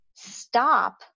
stop